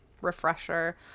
refresher